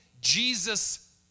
Jesus